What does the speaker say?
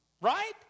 right